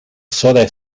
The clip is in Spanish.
soda